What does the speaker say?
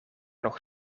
nog